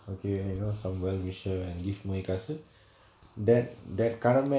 okay I know some well wisher and give my காசு:kaasu than that கடமை:kadamai